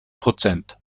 prozent